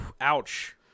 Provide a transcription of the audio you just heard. Ouch